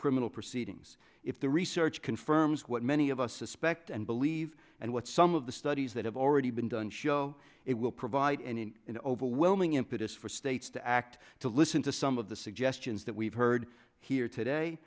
criminal proceedings if the research confirms what many of us suspect and believe and what some of the studies that have already been done show it will provide any overwhelming impetus for states to act to listen to some of the suggestions that we've heard here today